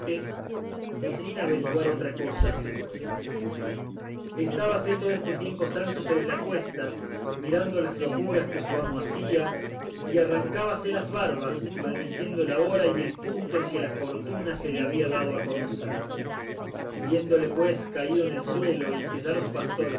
y sin averiguar otra cosa se fueron estábase todo este tiempo sancho sobre la cuesta mirando las locuras que su amo hacía y arrancábase las barbas maldiciendo la hora y el punto en que la fortuna se le había dado a conocer viéndole pues caído en el suelo y que ya los pastores